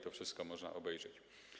To wszystko można obejrzeć.